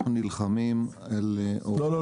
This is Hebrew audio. אנחנו נלחמים- -- לא לא,